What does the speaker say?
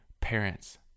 Parents